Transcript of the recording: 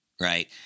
right